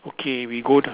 okay we go the